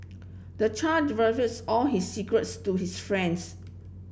the child all his secrets to his friends